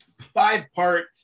five-part